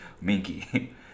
minky